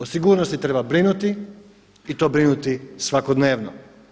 O sigurnosti treba brinuti i to brinuti svakodnevno.